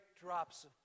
drops